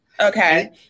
Okay